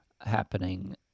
happening